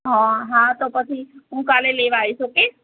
હા તો પછી હું કાલે લેવા આવીશ ઓકે